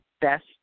best